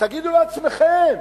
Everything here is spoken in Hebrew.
תגידו לעצמכם